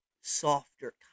softer